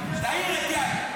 אמרתי כל הכבוד.